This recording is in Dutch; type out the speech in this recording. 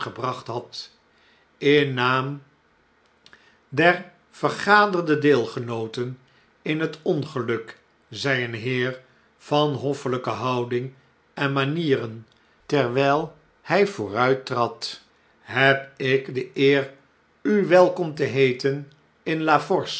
gebracht had ln naam der vergaderde deelgenooten in het ongeluk zei een heer van hoffeljjke houding en manieren terwijl hij vooruittrad s heb ik de eer u welkom te heeten in